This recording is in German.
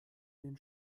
den